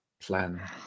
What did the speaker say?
plan